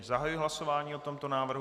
Zahajuji hlasování o tomto návrhu.